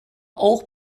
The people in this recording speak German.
auch